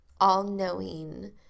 all-knowing